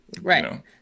Right